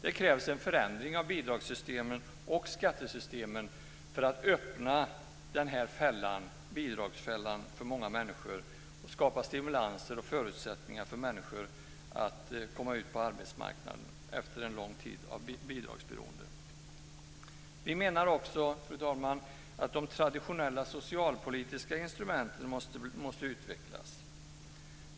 Det krävs en förändring av bidragssystemen och skattesystemen för att vi ska kunna släppa människor ur bidragsfällan och stimulera dem och skapa förutsättningar för dem att komma ut på arbetsmarknaden efter en lång tid av bidragsberoende. Vi menar också, fru talman, att de traditionella socialpolitiska instrumenten måste utvecklas.